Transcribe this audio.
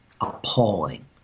Appalling